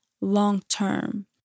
long-term